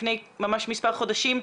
לפני מספר חודשים,